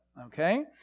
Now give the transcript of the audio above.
okay